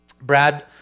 Brad